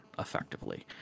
effectively